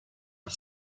est